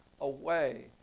away